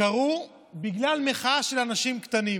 קרו בגלל מחאה של אנשים קטנים.